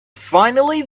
finally